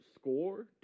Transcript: score